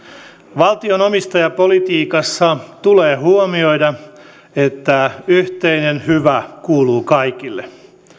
valtion omistajapolitiikassa tulee huomioida että yhteinen hyvä kuuluu kaikille